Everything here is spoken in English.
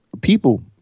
people